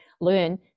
learn